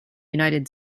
united